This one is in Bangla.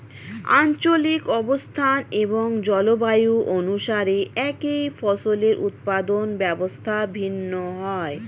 আঞ্চলিক অবস্থান এবং জলবায়ু অনুসারে একই ফসলের উৎপাদন ব্যবস্থা ভিন্ন হয়